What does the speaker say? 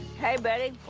hey, buddy.